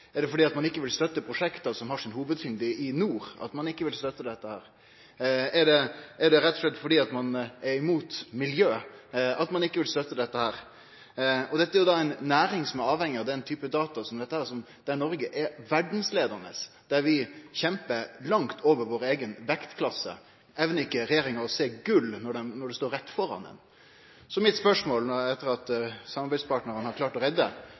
Er det fordi ein er så ivrig etter næringsnøytralitet, at ein hoppa ut av dette? Er det fordi ein ikkje vil støtte prosjekt der hovudtyngda ligg i nord, at ein ikkje vil støtte dette? Er det rett og slett fordi ein er imot miljø, at ein ikkje vil støtte dette? Dette er jo ei næring som er avhengig av ein type data der Noreg er verdsleiande, der vi kjempar langt over vår eiga vektklasse. Evnar ikkje regjeringa å sjå gull når ein står rett framfor det? Så mitt spørsmål, etter at samarbeidspartnarane har klart å redde